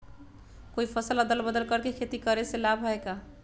कोई फसल अदल बदल कर के खेती करे से लाभ है का?